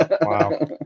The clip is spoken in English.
Wow